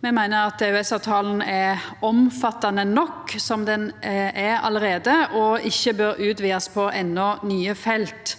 Me meiner at EØS-avtalen er omfattande nok som han er allereie, og ikkje bør utvidast på endå nye felt.